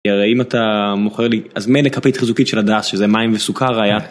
אם אתה מוכר להזמן לקפית חזוקית של הדס, שזה מים וסוכר היה.